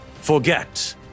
Forget